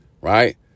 right